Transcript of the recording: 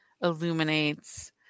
illuminates